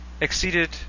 exceeded